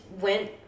went